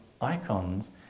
icons